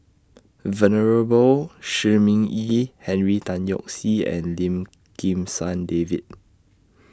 Venerable Shi Ming Yi Henry Tan Yoke See and Lim Kim San David